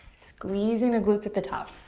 squeezing the glutes at the top.